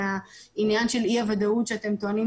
מהעניין של אי הוודאות שאתם טוענים,